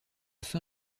fin